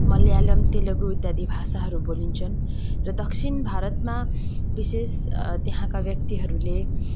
मलयालम तेलुगु इत्यादि भाषाहरू बोलिन्छन् र दक्षिण भारतमा विशेष त्यहाँका व्यक्तिहरूले